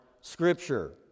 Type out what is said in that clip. Scripture